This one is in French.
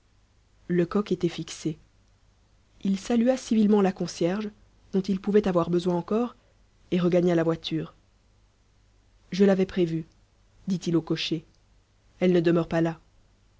lecoq était fixé il salua civilement la concierge dont il pouvait avoir besoin encore et regagna la voiture je l'avais prévu dit-il au cocher elles ne demeurent pas là